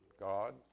God